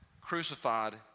crucified